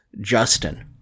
Justin